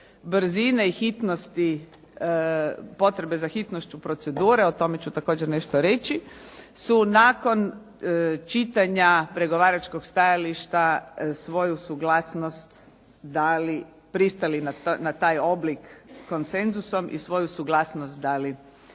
brzine i hitnosti, potrebe za hitnošću procedure, o tome ću također nešto reći, su nakon čitanja pregovaračkog stajališta svoju suglasnost pristali na taj oblik konsenzusom i svoju suglasnost dali telefonom.